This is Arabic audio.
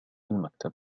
المكتبة